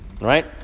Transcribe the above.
right